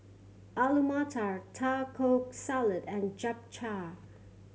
Alu Matar Taco Salad and Japchae